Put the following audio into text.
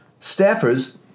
staffers